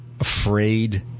afraid